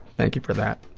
thank you for that.